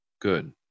good